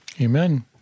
Amen